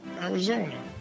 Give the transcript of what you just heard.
Arizona